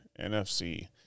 nfc